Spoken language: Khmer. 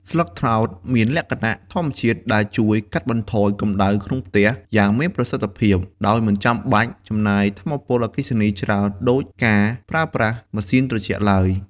ស្លឹកត្នោតមានលក្ខណៈធម្មជាតិដែលជួយ កាត់បន្ថយកម្ដៅក្នុងផ្ទះ យ៉ាងមានប្រសិទ្ធភាព ដោយមិនចាំបាច់ចំណាយថាមពលអគ្គិសនីច្រើនដូចការប្រើប្រាស់ម៉ាស៊ីនត្រជាក់ឡើយ។